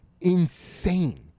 insane